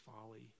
folly